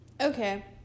Okay